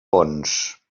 bons